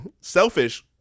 Selfish